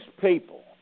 people